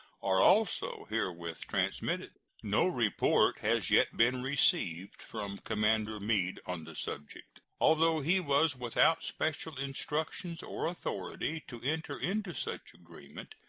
are also herewith transmitted. no report has yet been received from commander meade on the subject. although he was without special instructions or authority to enter into such agreement,